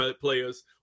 players